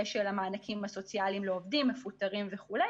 של המענקים הסוציאליים לעובדים מפוטרים וכו'.